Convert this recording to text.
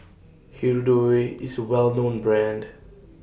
Hirudoid IS A Well known Brand